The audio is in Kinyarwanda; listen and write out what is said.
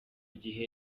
gihe